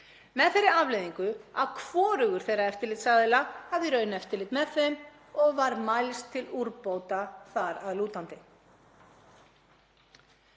með þeirri afleiðingu að hvorugur þeirra eftirlitsaðila hafði í raun eftirlit með þeim og var mælst til úrbóta þar að lútandi.